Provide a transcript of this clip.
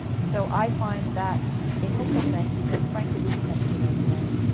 so i find that a hopeful thing because, frankly, we just have to get out of the way.